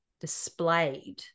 displayed